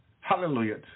Hallelujah